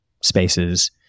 spaces